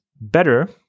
better